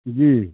जी